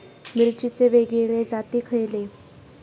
मिरचीचे वेगवेगळे जाती खयले?